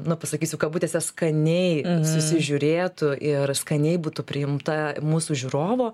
nu pasakysiu kabutėse skaniai susižiūrėtų ir skaniai būtų priimta mūsų žiūrovo